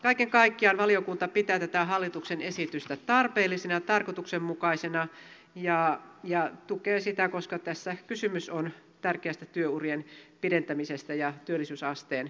kaiken kaikkiaan valiokunta pitää tätä hallituksen esitystä tarpeellisena ja tarkoituksenmukaisena ja tukee sitä koska tässä kysymys on tärkeästä työurien pidentämisestä ja työllisyysasteen nostamisesta